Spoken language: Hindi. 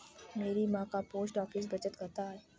मेरी मां का पोस्ट ऑफिस में बचत खाता है